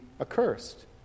accursed